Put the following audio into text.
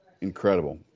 Incredible